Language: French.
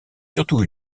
surtout